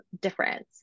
difference